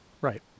right